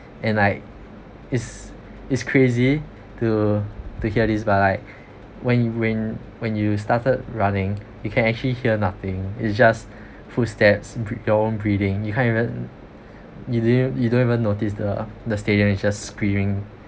and like it's it's crazy to to hear this but like when when when you started running you can actually hear nothing is just footsteps bre~ you own breathing you can't even you didn't you don't even notice the the stadium is just screaming